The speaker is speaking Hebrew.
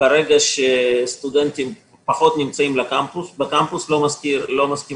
ברגע שסטודנטים נמצאים פחות בקמפוס - ולא מסכים